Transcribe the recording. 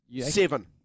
Seven